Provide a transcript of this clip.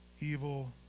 evil